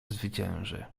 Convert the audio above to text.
zwycięży